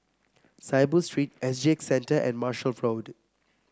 Saiboo Street S G X Centre and Marshall Road